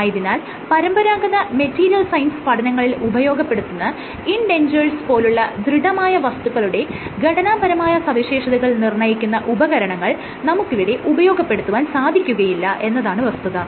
ആയതിനാൽ പരമ്പരാഗത material science പഠനങ്ങളിൽ ഉപയോഗപ്പെടുത്തുന്ന ഇൻഡെൻഞ്ചേഴ്സ് പോലുള്ള ദൃഢമായ വസ്തുക്കളുടെ ഘടനാപരമായ സവിശേഷതകൾ നിർണ്ണയിക്കുന്ന ഉപകരണങ്ങൾ നമുക്കിവിടെ ഉപയോഗപ്പെടുത്തുവാൻ സാധിക്കുകയില്ല എന്നതാണ് വസ്തുത